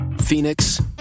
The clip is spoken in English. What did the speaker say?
Phoenix